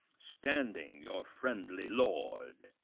standing your friendly lord.